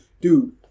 dude